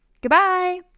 Goodbye